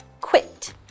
quit